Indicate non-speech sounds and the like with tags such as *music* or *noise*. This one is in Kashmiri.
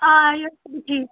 آ *unintelligible*